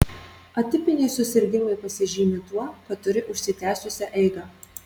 atipiniai susirgimai pasižymi tuo kad turi užsitęsusią eigą